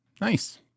Nice